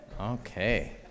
Okay